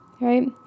right